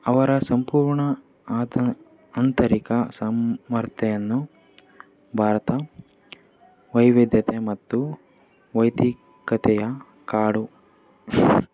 ಅವರ ಸಂಪೂರ್ಣ ಆತ ಆಂತರಿಕ ಸಂವರ್ತೆಯನ್ನು ಭಾರತ ವೈವಿಧ್ಯತೆ ಮತ್ತು ವೈದಿಕತೆಯ ಕಾಡು